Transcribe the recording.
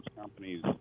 companies